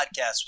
podcast